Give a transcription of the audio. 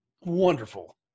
wonderful